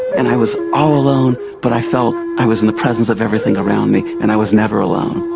and i was all alone, but i felt i was in the presence of everything around me and i was never alone.